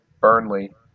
Burnley